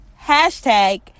Hashtag